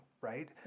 Right